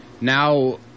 Now